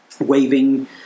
waving